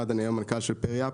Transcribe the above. אחד, אני היום מנכ"ל של פריאפט,